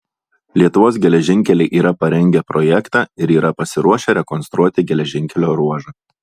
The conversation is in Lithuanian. lietuvos geležinkeliai yra parengę projektą ir yra pasiruošę rekonstruoti geležinkelio ruožą